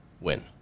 Win